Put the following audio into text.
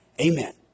Amen